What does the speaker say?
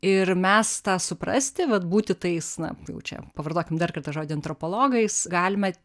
ir mes tą suprasti vat būti tais na jau čia pavartokim dar kartą žodį antropologais galime